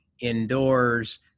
indoors